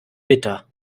bitter